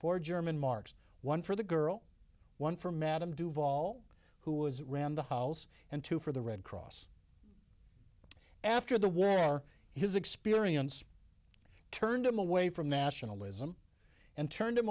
for german marks one for the girl one for madame du vall who was ran the house and two for the red cross after the war are his experience turned him away from nationalism and turned him